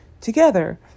together